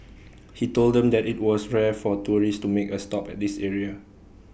he told them that IT was rare for tourists to make A stop at this area